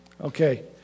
Okay